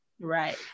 right